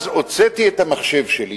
אז הוצאתי את המחשב שלי